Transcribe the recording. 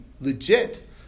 legit